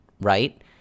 right